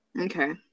Okay